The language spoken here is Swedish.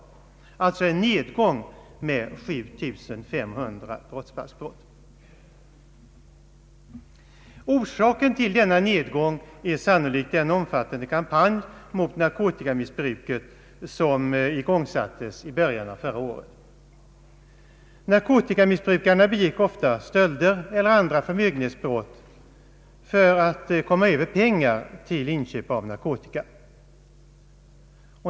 Det har således varit en nedgång av antalet brottsbalksbrott med 7 500. Orsaken till denna nedgång är sannolikt den omfattande kampanj mot nar kotikamissbruket som igångsattes i början av förra året. Narkotikamissbrukarna begick ofta stölder eller andra förmögenhetsbrott för att komma över pengar till inköp av narkotika.